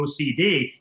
OCD